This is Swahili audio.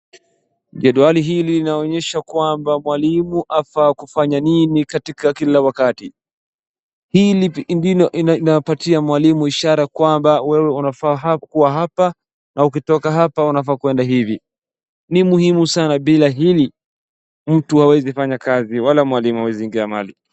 Jedwali hili linaonyesha kwamba mwalimu afaa kufanya nini katika kila wakati .Hii ni mbinu inapatia mwalimu ishara kwamba wewe unafaa kuwa hapa na ukitoka hapa unafaa kwenda hivi. Ni muhimu sana bila hili mtu hawezi fanya kazi wala mwalimu hawezi ingia mahali.